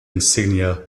insignia